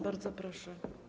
Bardzo proszę.